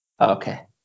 Okay